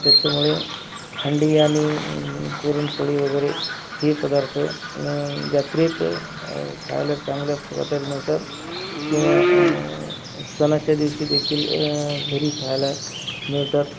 त्याच्यामुळे हंडी आणि पुरणपोळी वगैरे हे पदार्थ जत्रेत खायला चांगल्या प्रकारे मिळतात किंवा सणाच्या दिवशीदेखील घरी खायला मिळतात